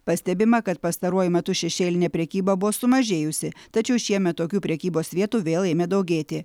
pastebima kad pastaruoju metu šešėlinė prekyba buvo sumažėjusi tačiau šiemet tokių prekybos vietų vėl ėmė daugėti